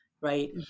right